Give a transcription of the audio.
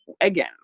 Again